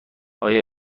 آیا